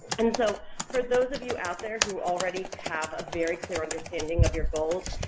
and so for those of you out there who already have a very clear understanding of your goals,